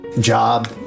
job